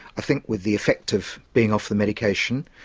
i think with the effect of being off the medication,